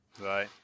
Right